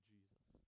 Jesus